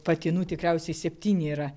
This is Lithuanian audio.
patinų tikriausiai septyni yra